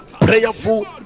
Prayerful